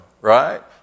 right